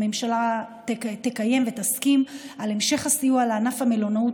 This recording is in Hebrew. שהממשלה תקיים ותסכים על המשך הסיוע לענף המלונאות